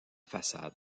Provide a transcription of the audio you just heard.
façade